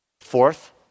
Fourth